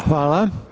Hvala.